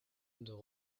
deux